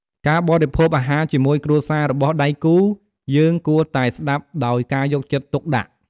ការបរិភោគអាហរជាមួយគ្រួសាររបស់ដៃគូ យើងគួរតែស្ដាប់ដោយការយកចិត្តទុកដាក់។